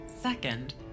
Second